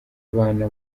abana